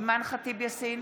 אימאן ח'טיב יאסין,